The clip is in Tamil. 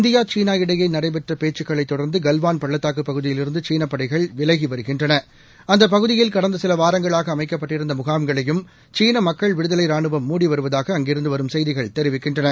இந்தியா சீனா இடையே நடைபெற்ற பேச்சுக்களைத் தொடர்ந்து கல்வான் பள்ளத்தாக்குப் பகுதியிலிருந்து சீனப் படைகள் விலகிவருகின்றன அந்தப் பகுதியில் கடந்த சில வாரங்களாக அமைக்கப்பட்டிருந்த முகாம்களையும் சீன மக்கள் விடுதலை ராணுவம் மூடி வருவதாக அங்கிருந்து வரும் செய்திகள் தெரிவிக்கின்றன